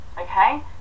Okay